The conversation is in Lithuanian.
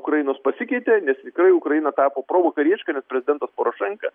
ukrainos pasikeitė nes tikrai ukraina tapo provakarietiška nes prezidentas porošenka